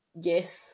yes